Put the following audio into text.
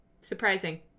surprising